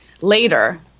later